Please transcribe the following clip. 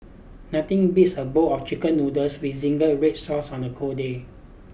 nothing beats a bowl of chicken noodles with zingy red sauce on a cold day